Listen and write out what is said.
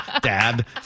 Dad